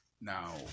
Now